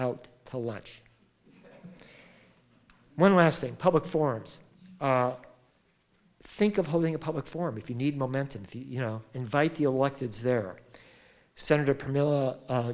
out to lunch when lasting public forums think of holding a public forum if you need momentum you know invite the elected their senator